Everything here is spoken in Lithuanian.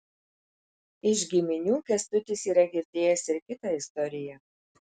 iš giminių kęstutis yra girdėjęs ir kitą istoriją